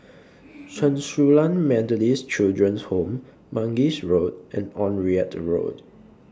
Chen Su Lan Methodist Children's Home Mangis Road and Onraet Road